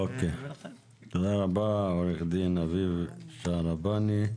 תודה רבה עו"ד אביב שהרבני,